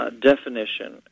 definition